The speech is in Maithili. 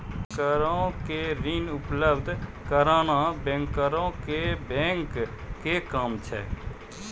बैंको के ऋण उपलब्ध कराना बैंकरो के बैंक के काम छै